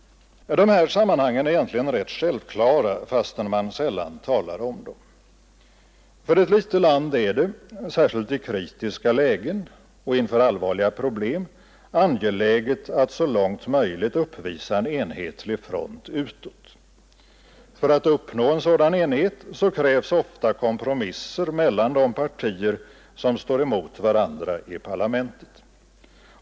De här sammanhangen är egentligen rätt självklara, fastän man sällan talar om dem. För ett litet land är det — särskilt i kritiska lägen och inför allvarliga problem — angeläget att så långt möjligt uppvisa en enhetlig front utåt. För att uppnå en sådan enighet krävs ofta kompromisser mellan de partier som står emot varandra i parlamentet.